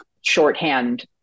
shorthand